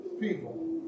people